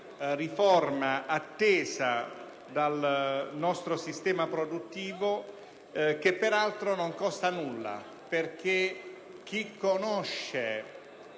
riforma attesa dal nostro sistema produttivo e che, peraltro, non costa nulla. Chi conosce